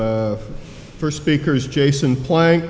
for speakers jason playing